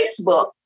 Facebook